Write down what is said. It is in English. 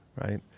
right